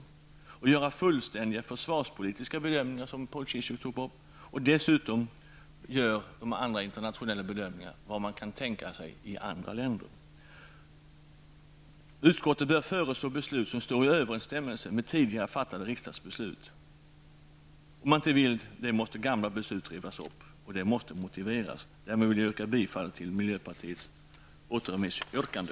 Man bör även göra fullständiga försvarspolitiska bedömningar, något som Paul Ciszuk berörde, och dessutom göra andra internationella bedömningar och se vad man kan tänka sig i andra länder. Utskottet bör föreslå beslut som står i överensstämmelse med tidigare fattade riksdagsbeslut. Om utskottet inte vill göra detta måste gamla beslut rivas upp, och det måste motiveras. Härmed yrkar jag bifall till miljöpartiets återremissyrkande.